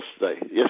yesterday